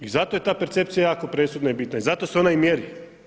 I zato je ta percepcija jako presudna i bitna i zato se ona i mjeri.